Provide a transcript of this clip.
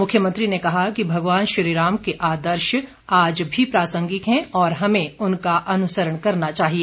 मुख्यमंत्री ने कहा कि भगवान श्रीराम के आदर्श आज भी प्रासंगिक है और हमें उनका अनुसरण करना चाहिए